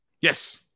Yes